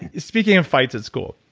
speaking of fights at school,